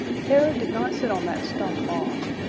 terror did not sit on that stump long.